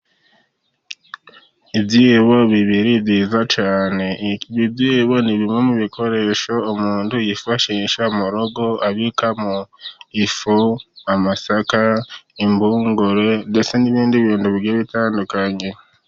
Ibyibo bibiri byiza cyane, ibyibo ni bimwe mu bikoresho umuntu yifashisha mu rugo, abikamo ifu, amasaka, impungure ndetse n'ibindi bintu bigiye bitandukanye.